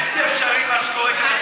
זה בלתי אפשרי מה שקורה כאן,